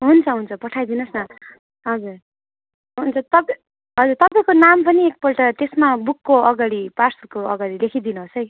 हुन्छ हुन्छ पठाइ दिनुहोस् न हजुर हुन्छ तपाईँ हजुर तपाईँको नाम पनि एकपल्ट त्यसमा बुकको अगाडि पार्सलको अगाडि लेखिदिनु होस् है